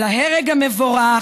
על ההרג המבורך,